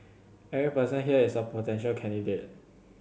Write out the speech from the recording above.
every person here is a potential candidate